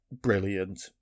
brilliant